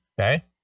okay